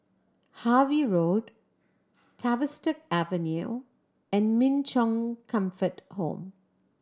Harvey Road Tavistock Avenue and Min Chong Comfort Home